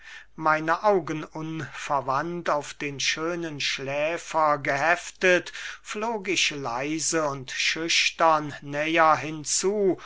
meine augen unverwandt auf den schönen schläfer geheftet flog ich leise und schüchtern näher hinzu